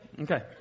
Okay